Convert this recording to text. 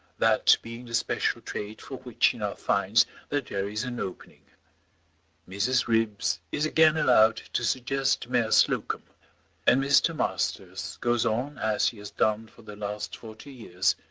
that being the special trade for which he now finds that there is an opening mrs. ribbs is again allowed to suggest mare-slocumb and mr. masters goes on as he has done for the last forty years,